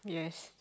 yes